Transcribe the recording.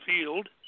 field